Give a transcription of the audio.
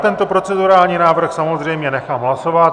Tento procedurální návrh samozřejmě nechám hlasovat.